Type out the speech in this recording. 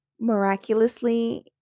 miraculously